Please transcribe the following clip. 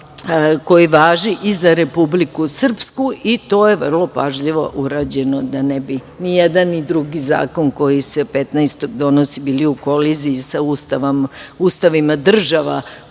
koji važi i za Republiku Srpsku i to je vrlo pažljivo urađeno da ne bi ni jedan ni drugi zakon koji se 15. donosi bili u koliziji sa ustavima država koje